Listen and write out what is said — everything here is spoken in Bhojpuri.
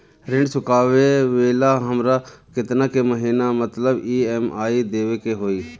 ऋण चुकावेला हमरा केतना के महीना मतलब ई.एम.आई देवे के होई?